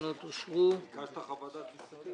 הצבעה בעד 2 נגד